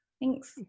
Thanks